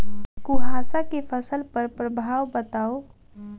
कुहासा केँ फसल पर प्रभाव बताउ?